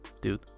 dude